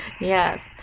Yes